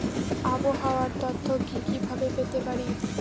আবহাওয়ার তথ্য কি কি ভাবে পেতে পারি?